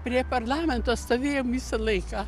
prie parlamento stovėjom visą laiką